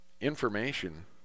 information